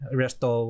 resto